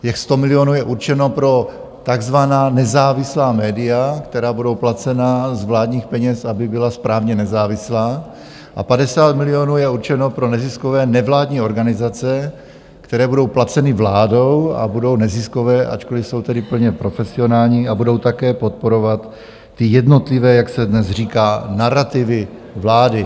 Těch 100 milionů je určeno pro takzvaná nezávislá média, která budou placena z vládních peněz, aby byla správně nezávislá, a 50 milionů je určeno pro neziskové nevládní organizace, které budou placeny vládou a budou neziskové, ačkoliv jsou tedy plně profesionální a budou také podporovat ty jednotlivé, jak se dnes říká, narativy vlády.